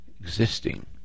existing